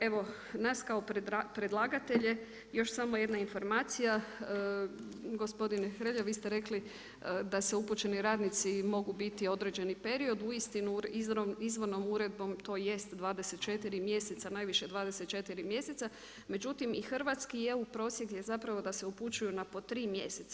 Evo, nas kao predlagatelje još samo jedna informacija, gospodine Hrelja vi ste rekli da se upućeni radnici mogu biti određeni period, uistinu izvornom uredbom to jest 24 mjeseca, najviše 24 mjeseca međutim i hrvatski i EU prosjek je zapravo da se upućuju na po 3 mjeseca.